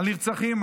על נרצחים.